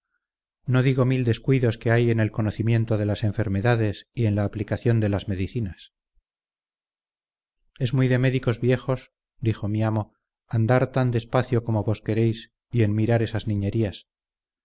no digo mil descuidos que hay en el conocimiento de las enfermedades y en la aplicación de las medicinas es muy de médicos viejos dijo mi amo andar tan de espacio como vos queréis y en mirar esas niñerías